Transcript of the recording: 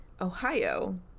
Ohio